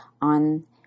on